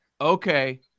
Okay